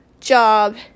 job